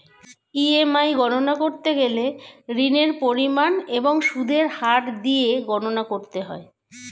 EMI গণনা করতে গেলে ঋণের পরিমাণ এবং সুদের হার দিয়ে গণনা করতে হয়